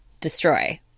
destroy